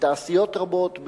בתעשיות רבות,